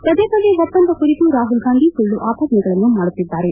ಪದೇ ಪದೇ ಒಪ್ಪಂದ ಕುರಿತು ರಾಹುಲ್ಗಾಂಧಿ ಸುಳ್ಳು ಆಪಾದನೆಗಳನ್ನು ಮಾಡುತ್ತಿದ್ದಾರೆ